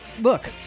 Look